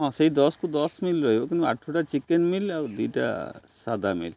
ହଁ ସେଇ ଦଶକୁ ଦଶ ମିଲ୍ ରହିବ କିନ୍ତୁ ଆଠଟା ଚିକେନ୍ ମିଲ୍ ଆଉ ଦୁଇଟା ସାଧା ମିଲ୍